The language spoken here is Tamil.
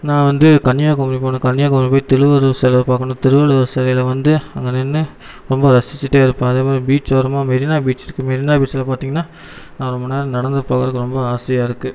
நான் வந்து கன்னியாகுமரி போகணும் கன்னியாகுமரி போய் திருவள்ளுவர் சிலைய பார்க்கணும் திருவள்ளுவர் சிலைல வந்து அங்கே நின்று ரொம்ப ரசிச்சுட்டே இருப்பேன் அதே மேரி பீச் ஓரமாக மெரினா பீச் இருக்கு மெரினா பீச்சில பார்த்தீங்கன்னா அங்கே ரொம்ப நேரம் நடந்து போகறது ரொம்ப ஆசையாக இருக்கு